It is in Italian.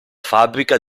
fabbrica